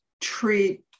treat